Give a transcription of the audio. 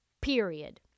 period